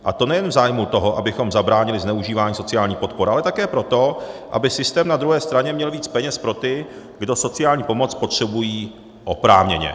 A to nejen v zájmu toho, abychom zabránili zneužívání sociálních podpor, ale také proto, aby systém na druhé straně měl víc peněz pro ty, kdo sociální pomoc potřebují oprávněně.